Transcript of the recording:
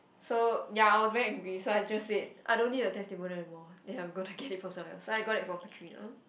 so ya I was very angry so I just said I don't need your testimonial anymore that I'm gonna get it from someone else so I got it from Patrina